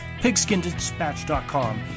pigskindispatch.com